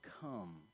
Come